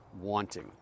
wanting